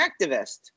activist